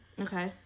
Okay